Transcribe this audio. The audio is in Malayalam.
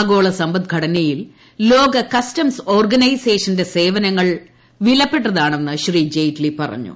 ആഗോള സമ്പദ്ഘടനയിൽ ലോക കസ്റ്റംസ് ഓർഗനൈസേഷന്റെ സേവനങ്ങൾ വിലപ്പെട്ടതാണെന്ന് ജയ്റ്റ്ലി പറഞ്ഞു